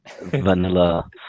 vanilla